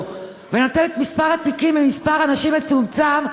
ונותן את מספר התיקים למספר אנשים מצומצם,